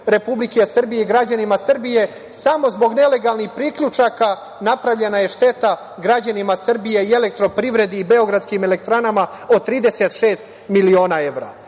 upravo EPS-u i građanima Srbije, samo zbog nelegalnih priključaka napravljena je šteta građanima Srbije i EPS-u i Beogradskim elektranama od 36 miliona evra.